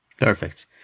Perfect